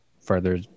further